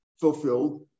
fulfilled